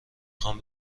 خوام